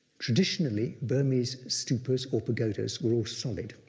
traditionally, burmese stupas or pagodas were all solid.